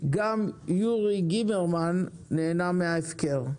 גם יורי גמרמן נהנה מההפקר.